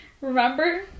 Remember